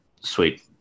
Sweet